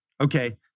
Okay